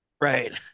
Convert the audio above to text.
right